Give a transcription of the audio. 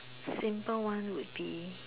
simple one would be